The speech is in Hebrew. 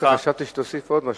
לרגע חשבתי שתוסיף עוד משהו,